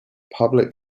public